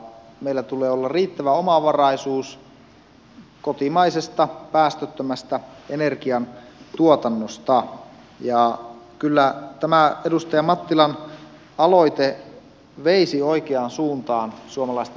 meillä tulee olla riittävä omavaraisuus kotimaisesta päästöttömästä energiantuotannosta ja kyllä tämä edustaja mattilan aloite veisi oikeaan suuntaan suomalaista energiapolitiikkaa